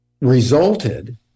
resulted